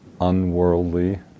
unworldly